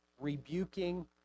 Rebuking